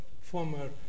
former